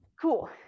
Cool